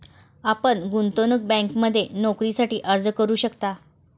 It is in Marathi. आपण गुंतवणूक बँकिंगमध्ये नोकरीसाठी अर्ज करू शकता